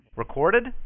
Recorded